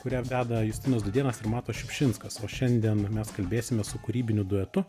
kurią veda justinas dudėnas ir matas šiupšinskas o šiandien mes kalbėsime su kūrybiniu duetu